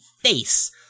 face